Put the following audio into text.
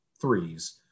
threes